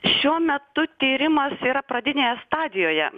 šiuo metu tyrimas yra pradinėje stadijoje